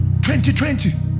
2020